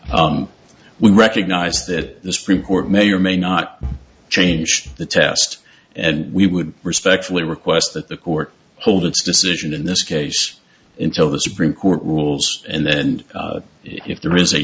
we recognize that the supreme court may or may not change the test and we would respectfully request that the court hold its decision in this case until the supreme court rules and then if there is a